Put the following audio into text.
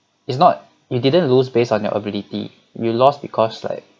it's not you didn't lose based on your ability you lost because like